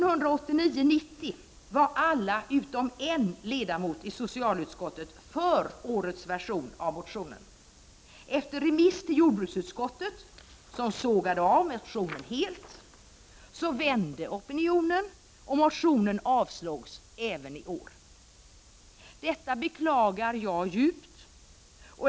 Vid behandlingen 1989/90 var alla utom en ledamot i socialutskottet för årets version av motionen. Efter remiss till jordbruksutskottet, som helt sågade av motionen, vände opinionen, och motionen avstyrktes även i år. Detta beklagar jag djupt.